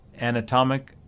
anatomic